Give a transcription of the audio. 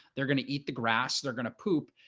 they're going to eat the grass, they're going to poop.